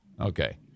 Okay